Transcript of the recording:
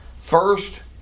first